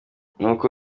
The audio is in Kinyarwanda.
nuko